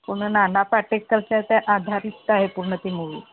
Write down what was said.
पूर्ण नाना पाटेकरच्या त्या आधारित आहे पूर्ण ती मूवी